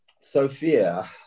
Sophia